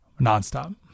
nonstop